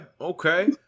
okay